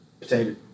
potato